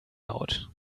laut